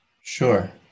sure